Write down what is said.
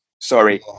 Sorry